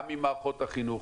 גם עם מערכות החינוך,